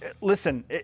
Listen